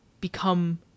become